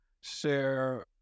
share